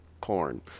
corn